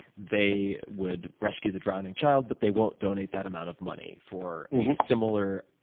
they would rescue the drowning child, but they won't donate that amount of money for similar,